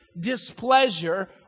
displeasure